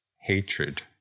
Hatred